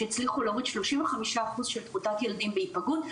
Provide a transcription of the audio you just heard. שהצליחו להוריד 35% של תמותת ילדים בהיפגעות,